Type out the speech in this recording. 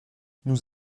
nous